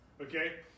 Okay